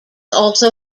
also